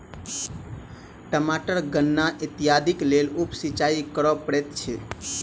टमाटर गन्ना इत्यादिक लेल उप सिचाई करअ पड़ैत अछि